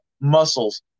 muscles